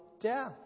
death